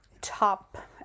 top